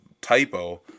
typo